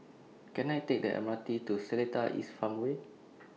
Can I Take The M R T to Seletar East Farmway